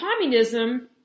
communism